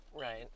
Right